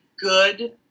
good